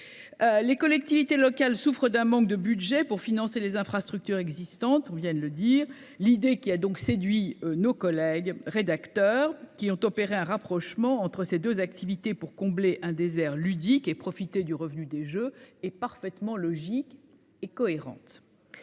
Les collectivités locales souffrent d'un manque de budget pour financer les infrastructures existantes, on vient de le dire, l'idée qui a donc séduit nos collègues rédacteur qui ont opéré un rapprochement entre ces 2 activités pour combler un désert ludique et profiter du revenu des Jeux est parfaitement logique et cohérente.